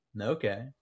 Okay